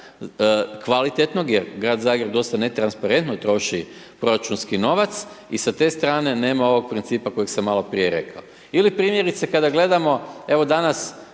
kvalitetnog jer grad Zagreb dosta netransparentno troši proračunski novac i sa te strane nema ovog principa koji sam maloprije rekao. Ili primjerice kada gledamo, evo danas